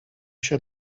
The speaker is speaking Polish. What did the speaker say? się